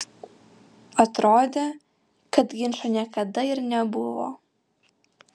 atrodė kad ginčo niekada ir nebuvo